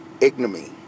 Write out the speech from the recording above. ignominy